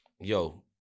yo